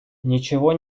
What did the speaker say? ничего